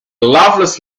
loveless